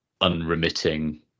unremitting